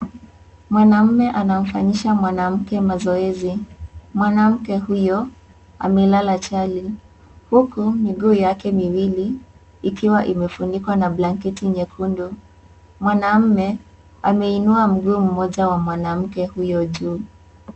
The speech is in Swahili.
Mwanamme anamfanyisha mwanamke mazoezi. Mwanamke huyo amelala chali. Huku miguu yake miwili ikiwa imefunikwa na blanketi nyekundu. Mwanaume ameinua mguu mmoja wa mwanamke huyo juu.